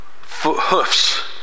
hoofs